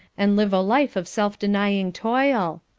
and live a life of self-denying toil.